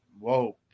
Whoa